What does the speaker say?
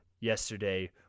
yesterday –